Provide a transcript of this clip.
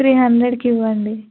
three హండ్రెడ్కి ఇవ్వండి